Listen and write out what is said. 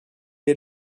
est